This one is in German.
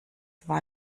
war